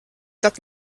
that